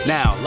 Now